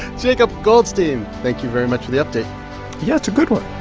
jacob goldstein, thank you very much for the update yeah, it's a good one